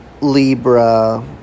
Libra